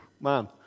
man